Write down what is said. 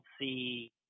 see